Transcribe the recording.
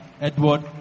Edward